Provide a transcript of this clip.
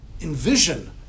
envision